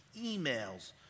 emails